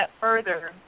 further